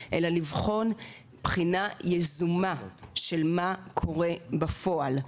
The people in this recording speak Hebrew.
אלא לבחון בחינה יזומה של מה קורה בפועל.